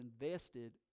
invested